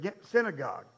synagogue